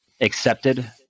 accepted